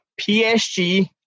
PSG